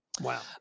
Wow